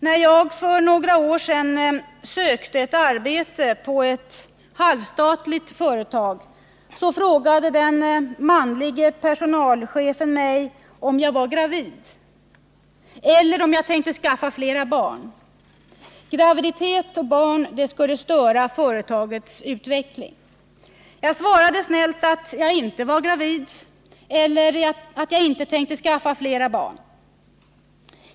När jag för några år sedan sökte arbete på ett halvstatligt företag, frågade den manlige personalchefen om jag var gravid eller om jag tänkte skaffa flera barn. Graviditet och barn skulle störa företagets utveckling. Jag svarade snällt att jag inte var gravid och att jag inte tänkte skaffa flera barn.